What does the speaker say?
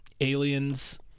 Aliens